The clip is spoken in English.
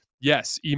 yes